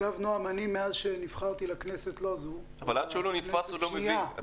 אבל עד שהוא לא נתפס הוא לא מבין.